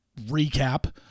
recap